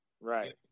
Right